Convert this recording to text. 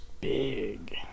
big